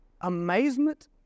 amazement